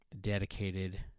dedicated